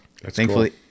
thankfully